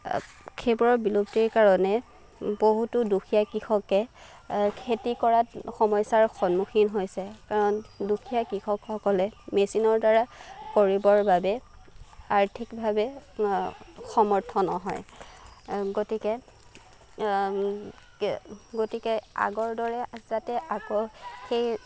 সেইবোৰৰ বিলুপ্তিৰ কাৰণে বহুতো দুখীয়া কৃষকে খেতি কৰাত সমস্যাৰ সন্মুখীন হৈছে কাৰণ দুখীয়া কৃষক সকলে মেচিনৰ দ্বাৰা কৰিবৰ বাবে আৰ্থিকভাৱে সমৰ্থ নহয় গতিকে গতিকে আগৰ দৰে যাতে আকৌ সেই